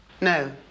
No